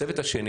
הצוות השני